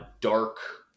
dark